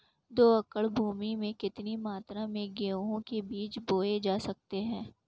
दो एकड़ भूमि में कितनी मात्रा में गेहूँ के बीज बोये जा सकते हैं?